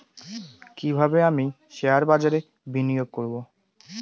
কিভাবে আমি শেয়ারবাজারে বিনিয়োগ করবে?